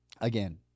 again